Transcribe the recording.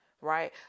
right